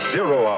Zero